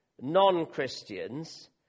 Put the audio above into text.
non-Christians